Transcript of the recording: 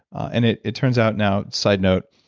and it it turns out now, side note,